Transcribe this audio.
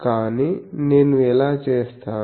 కానీ నేను ఎలా చేస్తాను